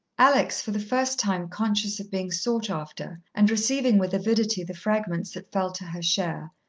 alex, for the first time conscious of being sought after, and receiving with avidity the fragments that fell to her share,